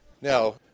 Now